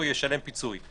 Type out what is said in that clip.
או ישלם פיצוי.